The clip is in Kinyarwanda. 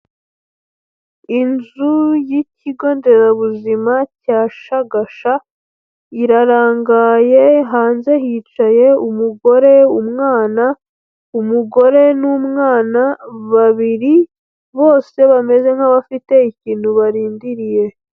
Inzu y'ikigonderabuzima cya Shagasha irarangaye hanze hicaye umugore, umwana, umugore n'umwana babiri bose bameze nk'abafite ikintu barindiriye.